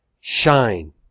shine